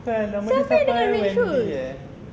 bukan nama dia siapa eh oo andy eh